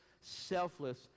selfless